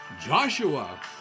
Joshua